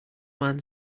man